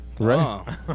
Right